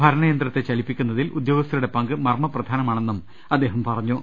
ഭരണയന്ത്രത്തെ ചലിപ്പിക്കുന്നതിൽ ഉദ്യോഗസ്ഥരുടെ പങ്ക് മർമ്മ പ്രധാനമാണെന്നും അദ്ദേഹം പറഞ്ഞു